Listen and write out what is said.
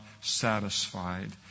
satisfied